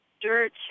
dirt